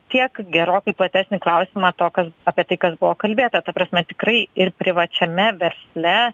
tiek gerokai platesnį klausimą to kas apie tai kas buvo kalbėta ta prasme tikrai ir privačiame versle